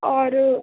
اور